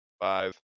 Five